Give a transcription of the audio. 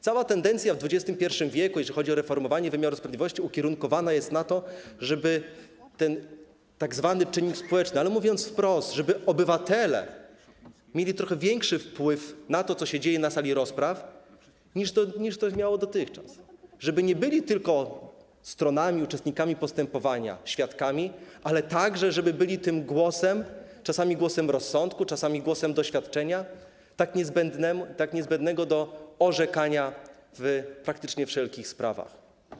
Cała tendencja w XXI w., jeżeli chodzi o reformowanie wymiaru sprawiedliwości, ukierunkowana jest na to, żeby ten tzw. czynnik społeczny, mówiąc wprost, żeby obywatele mieli trochę większy wpływ na to, co dzieje się na sali rozpraw, niż to miało miejsce dotychczas, żeby nie byli tylko stronami, uczestnikami postępowania, świadkami, ale także żeby byli tym głosem, czasami głosem rozsądku, czasami głosem doświadczenia, tak niezbędnego do orzekania w praktycznie wszelkich sprawach.